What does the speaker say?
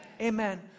amen